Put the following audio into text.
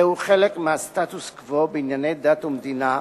זהו חלק מהסטטוס-קוו בענייני דת ומדינה,